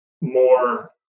more